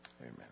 Amen